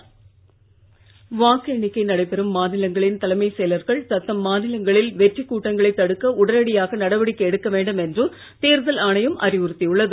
வெற்றி ஊர்வலம் வாக்குஎண்ணிக்கைநடைபெறும்மாநிலங்களின்தலைமைச்செயலர்க ள்தத்தம்மாநிலங்களில்வெற்றிக்கூட்டங்களைத்தடுக்கஉடனடியாகநடவடி க்கைஎடுக்கவேண்டும்என்றுதேர்தல்ஆணையம்அறிவுறுத்தியுள்ளது